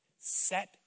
Set